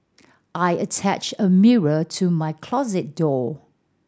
I attached a mirror to my closet door